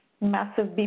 massive